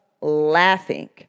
laughing